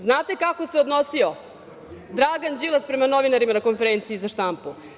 Znate kako se odnosio Dragan Đilas prema novinarima na konferenciji za štampu?